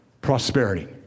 prosperity